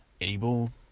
able